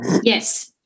Yes